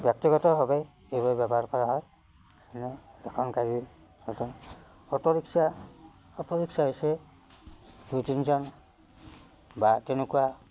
ব্যক্তিগতভাৱে এইবোৰ ব্যৱহাৰ কৰা হয় যেনে এখন গাড়ী আৰু অট' ৰিক্সা অট' ৰিক্সা হৈছে দুই তিনিজন বা তেনেকুৱা